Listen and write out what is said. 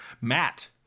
Matt